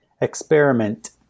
Experiment